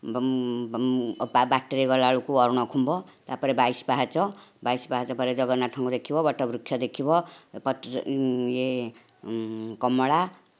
ଏବଂ ବାଟରେ ଗଲା ବେଳକୁ ଅରୁଣ ଖୁମ୍ବ ତା'ପରେ ବାଇଶ ପାହାଚ ବାଇଶ ପାହାଚ ପରେ ଜଗନ୍ନାଥଙ୍କୁ ଦେଖିବ ବଟ ବୃକ୍ଷ ଦେଖିବ ଏପଟ୍ରେ ଇଏ କମଳା